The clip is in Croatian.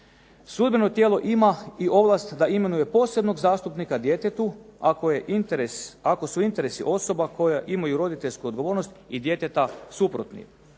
Sudbeno tijelo ima i ovlast da imenuje posebnog zastupnika djetetu, ako su interesi osoba koje imaju roditeljsku odgovornost i djeteta suprotni.